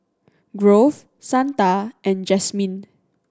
Grove Shanda and Jasmyne